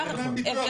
אין לאומית, רק כללית.